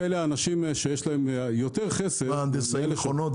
הנדסאי מכונות?